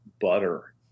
butter